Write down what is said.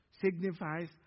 signifies